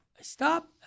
stop